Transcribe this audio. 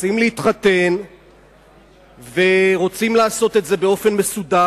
רוצים להתחתן ורוצים לעשות את זה באופן מסודר,